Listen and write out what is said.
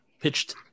pitched